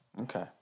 Okay